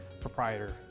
proprietor